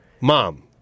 Mom